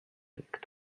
avec